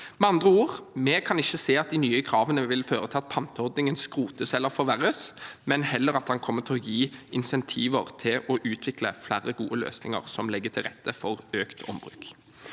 Med andre ord: Vi kan ikke se at de nye kravene vil føre til at panteordningen skrotes eller forverres, men heller at den kommer til å gi insentiver til å utvikle flere gode løsninger som legger til rette for økt ombruk.